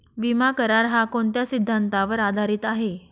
विमा करार, हा कोणत्या सिद्धांतावर आधारीत आहे?